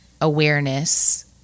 awareness